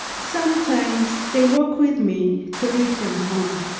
sometimes they walk with me to lead them home.